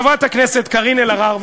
חברת הכנסת קארין אלהרר,